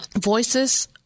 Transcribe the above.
Voices